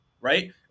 right